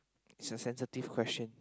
it's a sensitive question